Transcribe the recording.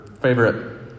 favorite